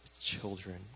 children